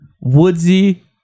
woodsy